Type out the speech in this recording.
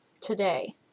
today